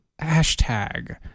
hashtag